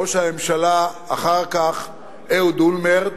ראש הממשלה אחר כך, אהוד אולמרט,